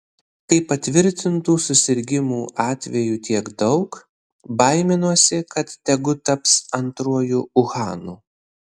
kai patvirtintų susirgimų atvejų tiek daug baiminuosi kad tegu taps antruoju uhanu